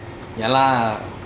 ya lah